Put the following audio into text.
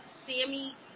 Sammy